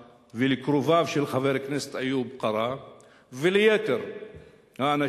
ולקרוביו של חבר הכנסת איוב קרא וליתר האנשים,